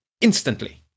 instantly